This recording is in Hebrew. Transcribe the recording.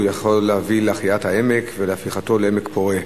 הוא יכול להביא להחייאת העמק ולהפיכתו לעמק פורה.